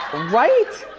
right?